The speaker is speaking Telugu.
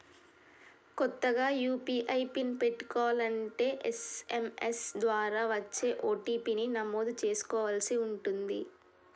కొత్తగా యూ.పీ.ఐ పిన్ పెట్టుకోలంటే ఎస్.ఎం.ఎస్ ద్వారా వచ్చే ఓ.టీ.పీ ని నమోదు చేసుకోవలసి ఉంటుంది